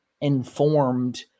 informed